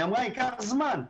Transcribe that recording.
היא אמרה ייקח זמן.